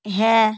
হ্যাঁ